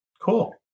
Cool